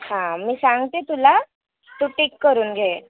हां मी सांगते तुला तू टीक करून घे